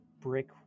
brick